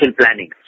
planning